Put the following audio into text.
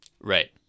Right